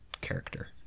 character